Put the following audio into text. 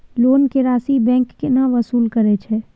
Loan के राशि bank केना वसूल करे छै?